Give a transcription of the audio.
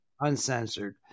uncensored